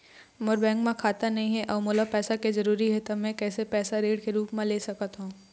मोर bank म खाता नई हे अउ मोला पैसा के जरूरी हे त मे कैसे पैसा ऋण के रूप म ले सकत हो?